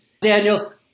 Daniel